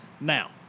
Now